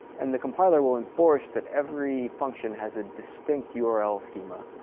and the compiler will enforce that every function has a distinct yeah url schema.